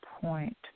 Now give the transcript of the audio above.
point